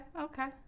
okay